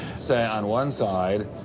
say, on one side,